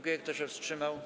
Kto się wstrzymał?